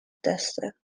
testen